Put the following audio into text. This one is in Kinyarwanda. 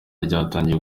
ryatangiye